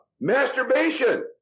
Masturbation